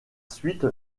suite